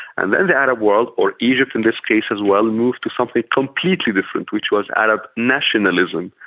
and then the arab world or egypt in this case as well, moved to something completely different, which was arab nationalism.